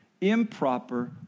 improper